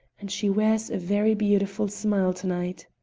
and she wears a very beautiful smile to-night.